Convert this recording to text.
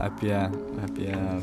apie apie